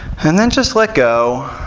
and then just let go,